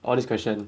all this question